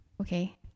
Okay